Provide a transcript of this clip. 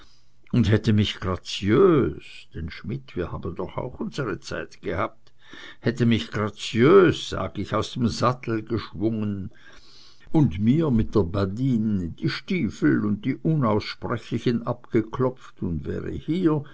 und hätte mich graziös denn schmidt wir haben doch auch unsere zeit gehabt hätte mich graziös sag ich aus dem sattel geschwungen und mir mit der badine die stiefel und die unaussprechlichen abgeklopft und wäre hier